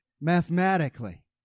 mathematically